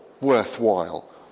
worthwhile